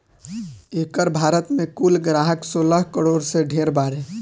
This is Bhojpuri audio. एकर भारत मे कुल ग्राहक सोलह करोड़ से ढेर बारे